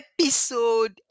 episode